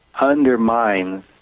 undermines